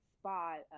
spot